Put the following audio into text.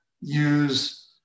use